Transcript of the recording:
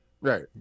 Right